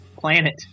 planet